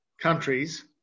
countries